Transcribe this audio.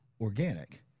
organic